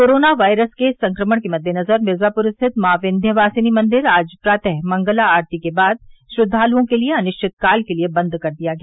corona virus के संक्रमण के मददेनजर मिर्जाप्र स्थित माँ विन्ध्यवासिनी मन्दिर आज प्रातः मंगला आरती के बाद श्रधालुओं के लिये अनिश्चितकाल के लिये बंद कर दिया गया